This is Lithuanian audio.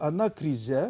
ana krize